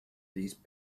these